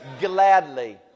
gladly